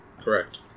Correct